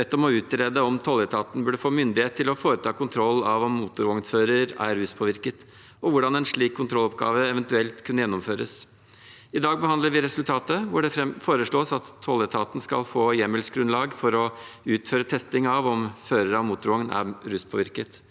bedt om å utrede om tolletaten burde få myndighet til å foreta kontroll av om motorvognfører er ruspåvirket, og hvordan en slik kontrolloppgave eventuelt kunne gjennomføres. I dag behandler vi resultatet, hvor det foreslås at tolletaten skal få hjemmelsgrunnlag for å utføre testing av om fører av motorvogn er ruspåvirket.